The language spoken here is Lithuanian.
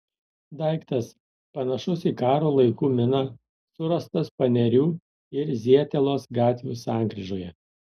daiktas panašus į karo laikų miną surastas panerių ir zietelos gatvių sankryžoje